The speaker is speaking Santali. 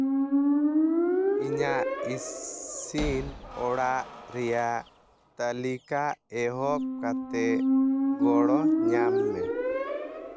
ᱤᱧᱟᱹᱜ ᱤᱥᱤᱱ ᱚᱲᱟᱜ ᱨᱮᱭᱟᱜ ᱛᱟᱹᱞᱤᱠᱟ ᱮᱦᱚᱵ ᱠᱟᱛᱮᱫ ᱜᱚᱲᱚ ᱧᱟᱢ ᱢᱮ